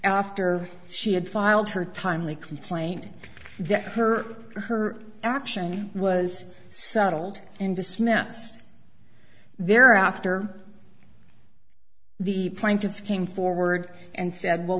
after she had filed her timely complaint that her or her action was settled and dismissed there after the plaintiffs came forward and said well